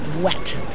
wet